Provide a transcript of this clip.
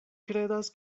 kredas